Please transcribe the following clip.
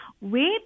wait